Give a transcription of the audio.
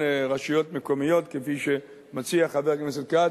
רשויות מקומיות כפי שמציע חבר הכנסת כץ,